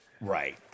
Right